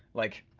like,